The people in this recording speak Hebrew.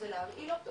זה להרעיל אותו